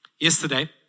Yesterday